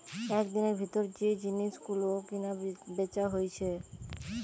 একদিনের ভিতর যে জিনিস গুলো কিনা বেচা হইছে